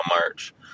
March